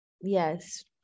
Yes